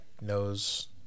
knows